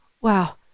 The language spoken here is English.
wow